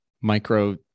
micro